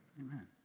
Amen